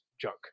junk